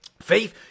faith